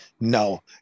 No